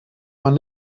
man